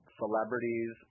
celebrities